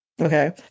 Okay